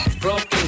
broken